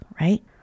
right